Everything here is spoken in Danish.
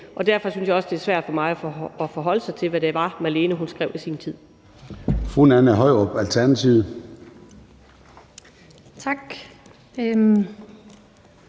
og derfor synes jeg også, det er svært for mig at forholde mig til, hvad det var, Marlene Ambo-Rasmussen